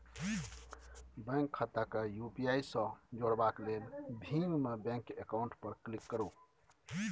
bank खाता केँ UPI सँ जोरबाक लेल भीम मे बैंक अकाउंट पर क्लिक करु